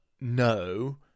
no